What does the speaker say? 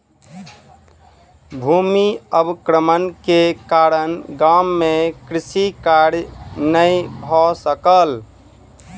भूमि अवक्रमण के कारण गाम मे कृषि कार्य नै भ सकल